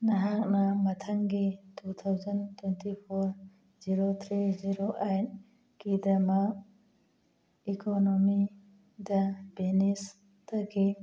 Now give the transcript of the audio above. ꯅꯍꯥꯛꯅ ꯃꯊꯪꯒꯤ two thousand twenty four zero three zero ꯑꯩꯠꯀꯤꯗꯃꯛ ꯏꯀꯣꯅꯣꯃꯤꯗ ꯕꯦꯅꯤꯁꯇꯒꯤ